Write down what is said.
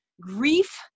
grief